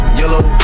yellow